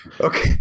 okay